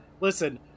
listen-